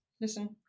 Listen